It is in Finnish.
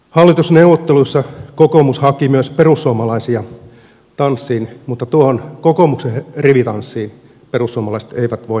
hallitusneuvotteluissa kokoomus haki myös perussuomalaisia tanssiin mutta tuohon kokoomuksen rivitanssiin perussuomalaiset eivät voineet lähteä